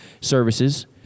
Services